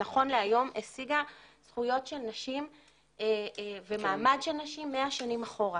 נכון להיום השיגה זכויות של נשים ומעמד של נשים 100 שנים אחורה.